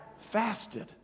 fasted